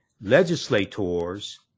Legislators